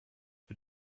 für